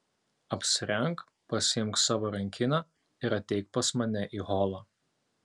apsirenk pasiimk savo rankinę ir ateik pas mane į holą